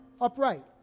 upright